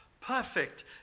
Perfect